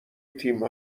تیم